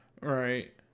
Right